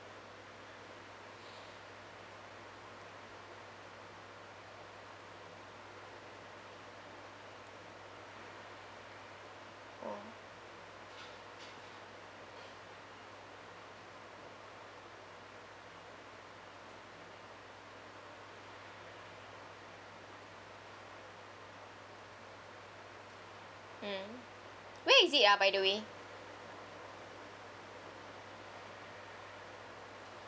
oh mm where is it ah by the way